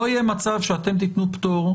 לא יהי המצב שאתם תתנו פטור,